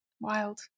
Wild